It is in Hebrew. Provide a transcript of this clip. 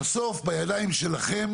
בסוף, בידיים שלכם